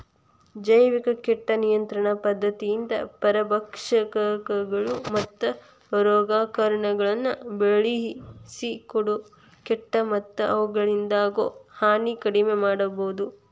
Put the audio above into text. ಜೈವಿಕ ಕೇಟ ನಿಯಂತ್ರಣ ಪದ್ಧತಿಯಿಂದ ಪರಭಕ್ಷಕಗಳು, ಮತ್ತ ರೋಗಕಾರಕಗಳನ್ನ ಬಳ್ಸಿಕೊಂಡ ಕೇಟ ಮತ್ತ ಅವುಗಳಿಂದಾಗೋ ಹಾನಿ ಕಡಿಮೆ ಮಾಡಬೋದು